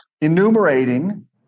enumerating